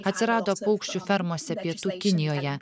atsirado paukščių fermose pietų kinijoje